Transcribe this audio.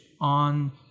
on